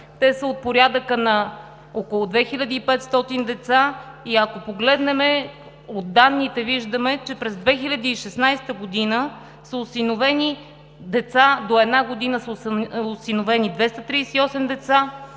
Те са от порядъка на около 2500 деца и ако погледнем, от данните виждаме, че през 2016 г. до 1 година са осиновени 238 деца, между 1 и 2 години са осиновени 165 деца,